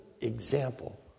example